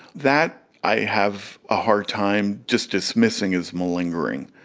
that i have a hard time just dismissing as malingering.